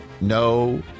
No